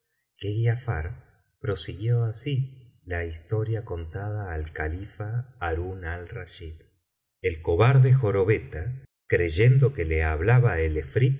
que giafar prosiguió así la historia contada al califa harún al rachid el cobarde jorobeta creyendo que le hablaba el efrit